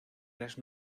las